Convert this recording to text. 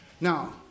Now